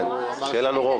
כן, כדי שיהיה לנו רוב.